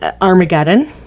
Armageddon